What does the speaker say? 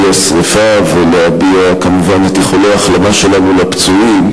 השרפה ולהביע כמובן את איחולי ההחלמה שלנו לפצועים.